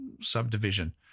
subdivision